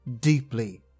deeply